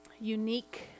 unique